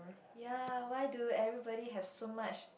ya why do everybody have so much